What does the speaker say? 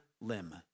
limb